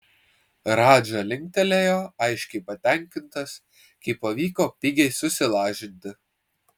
radža linktelėjo aiškiai patenkintas kad pavyko pigiai susilažinti